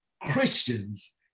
Christians